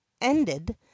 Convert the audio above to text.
ended